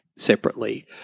separately